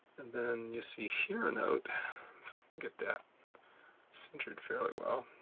and then you see here a note i'll get that centered fairly well